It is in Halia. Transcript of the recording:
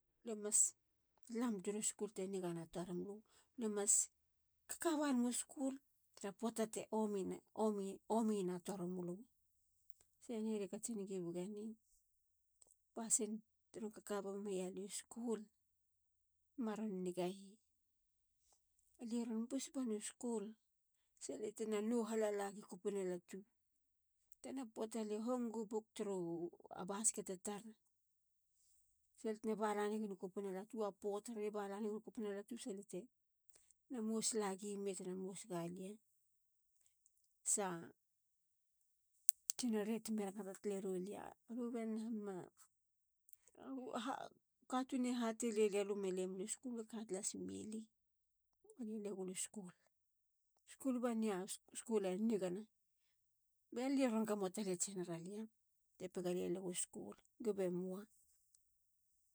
Lue mas lam turu skul te nigana torimlu. lue mas kakabanemu school tara poata te omi nen. omi. omi na torimuli. se ni. lie katsin giwageni. pasin tironkakabameyaliu school maron niga yi. ali ron bus banu school. salia tena nou hala lagi kopina latu. sa lia tena mos lagi me tenamos laga lia. sa noru temi rangata talero lia. alu be nahamuma?U katun e hatelelia luma le mule u school. lue katlas me li. lie le gulu school. school banei. school e nigana. ba liron gamo tale tsinaralia. te pega lie legu school. gube moa.